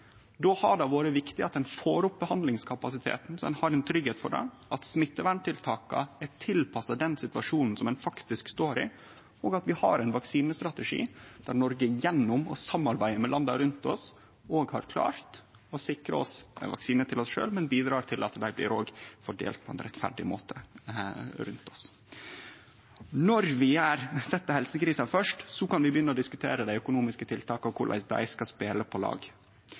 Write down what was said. då har det vore viktig at ein får opp behandlingskapasiteten, så ein har ein tryggheit for det, at smitteverntiltaka er tilpassa den situasjonen som ein faktisk står i, og at vi har ein vaksinestrategi der Noreg gjennom å samarbeide med landa rundt oss har klart å sikre vaksine til oss sjølve, men òg bidrar til at dei blir fordelte på ein rettferdig måte rundt oss. Når vi set helsekrisa først, kan vi begynne å diskutere dei økonomiske tiltaka og korleis dei skal spele på lag.